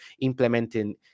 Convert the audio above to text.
implementing